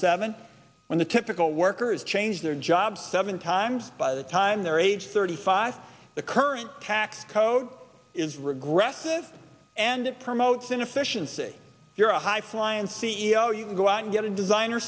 seven when the typical workers change their jobs seven times by the time they're age thirty five the current tax code is regressive and it promotes inefficiency if you're a high fly and c e o you can go out and get a designer